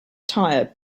tire